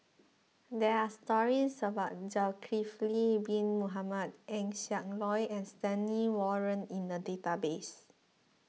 there are stories about Zulkifli Bin Mohamed Eng Siak Loy and Stanley Warren in the database